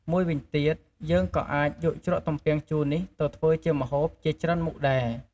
មួយវិញទៀត យើងក៏អាចយកជ្រក់ទំពាំងជូរនេះទៅធ្វើម្ហូបជាច្រើនមុខដែរ។